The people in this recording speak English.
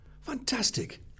Fantastic